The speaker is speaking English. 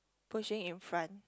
pushing in front